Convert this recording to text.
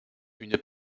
une